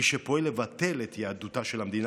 מי שפועל לבטל את יהדותה של המדינה,